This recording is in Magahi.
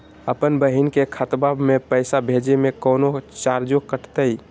अपन बहिन के खतवा में पैसा भेजे में कौनो चार्जो कटतई?